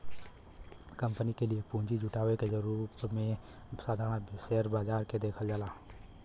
company के लिए पूंजी जुटावे के रूप में साधारण शेयर बाजार के देखल जाला